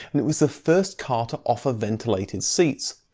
and it was the first car to offer ventilated seats.